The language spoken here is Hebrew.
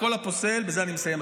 ובזה אני מסיים,